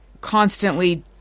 constantly